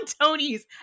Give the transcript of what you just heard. Tony's